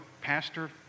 pastor